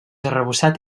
arrebossat